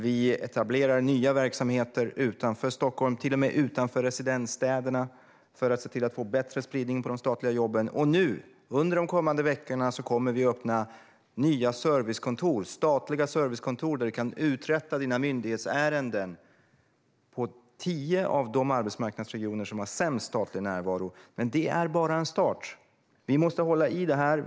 Vi etablerar nya verksamheter utanför Stockholm, till och med utanför residensstäderna, för att se till att få bättre spridning på de statliga jobben. Nu, under de kommande veckorna, öppnar vi nya statliga servicekontor där man kan uträtta sina myndighetsärenden i tio av de arbetsmarknadsregioner som har sämst statlig närvaro. Men det är bara en start. Vi måste hålla fast vid detta.